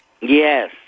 yes